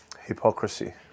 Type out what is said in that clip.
Hypocrisy